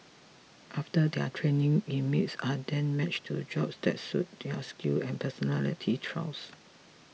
after their training inmates are then matched to jobs that suit their skill and personality traits